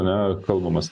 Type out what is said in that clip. ar ne kalbamas